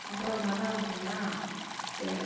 அப்புறம் மறுநாள் பார்த்திங்கன்னா சேலை